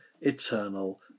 eternal